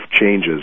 changes